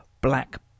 Black